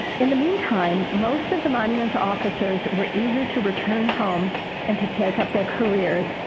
in the meantime, most of the monuments officers were eager to return home and to take up their careers,